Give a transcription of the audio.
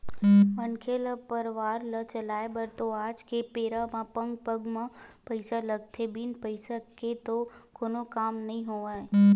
मनखे ल परवार ल चलाय बर तो आज के बेरा म पग पग म पइसा लगथे बिन पइसा के तो कोनो काम नइ होवय